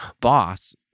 boss